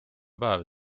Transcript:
päev